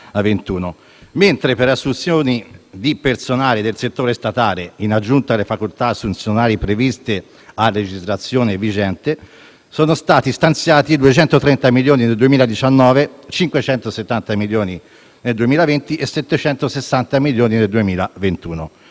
mentre per le assunzioni di personale del settore statale, in aggiunta alle facoltà assunzionali previste a legislazione vigente, sono stati stanziati 230 milioni nel 2019, 570 milioni nel 2020 e 760 milioni nel 2021.